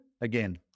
Again